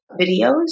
videos